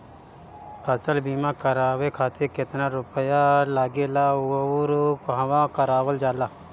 फसल बीमा करावे खातिर केतना रुपया लागेला अउर कहवा करावल जाला?